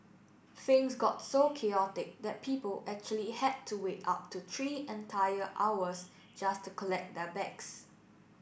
things got so chaotic that people actually had to wait up to three entire hours just to collect their bags